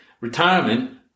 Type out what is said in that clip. Retirement